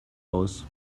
aus